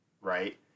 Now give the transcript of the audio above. right